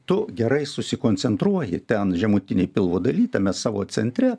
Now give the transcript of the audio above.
tu gerai susikoncentruoji ten žemutinėj pilvo daly tame savo centre